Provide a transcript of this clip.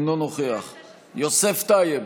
אינו נוכח יוסף טייב,